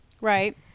Right